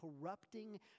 corrupting